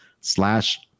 slash